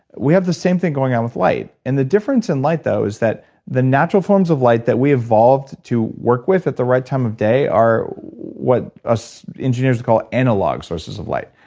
we have the same thing going on with light. and the difference in light though, is that the natural forms of light that we evolved to work with at the right time of day are what us engineers would call analog sources of light.